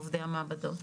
עובדי המעבדות.